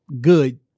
good